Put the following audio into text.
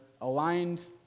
aligned